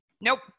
Nope